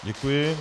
Děkuji.